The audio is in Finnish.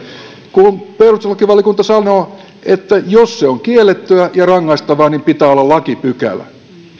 kun perustuslakivaliokunta sanoo että jos se on kiellettyä ja rangaistavaa niin pitää olla lakipykälä